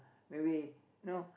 when we you know